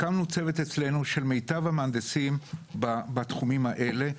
אז הקמנו אצלנו צוות של מיטב המהנדסים בתחומים האלה.